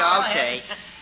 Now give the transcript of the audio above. okay